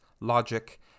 logic